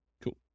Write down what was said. Cool